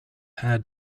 had